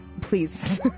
Please